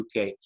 UK